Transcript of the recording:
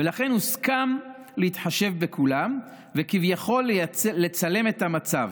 ולכן הוסכם להתחשב בכולם וכביכול לצלם את המצב,